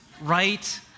right